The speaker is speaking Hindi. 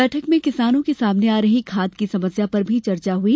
बैठक में किसानों के सामने आ रही खाद की समस्या पर भी चर्चा हुई